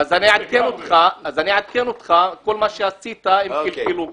אני אעדכן אותך שכל מה שעשית קלקלו כבר.